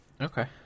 Okay